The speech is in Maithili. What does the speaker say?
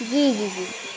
जी जी जी